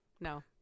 No